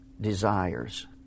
desires